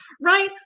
right